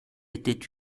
était